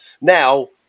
Now